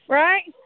right